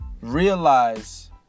realize